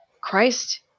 Christ